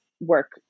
work